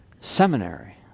seminary